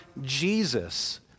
Jesus